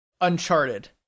Uncharted